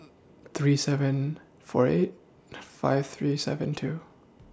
three seven four eight five three seven two